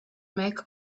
make